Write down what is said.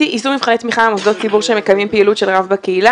יישום מבחני תמיכה במוסדות ציבור שמקיימים פעילות של רב בקהילה,